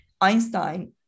einstein